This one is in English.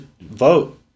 Vote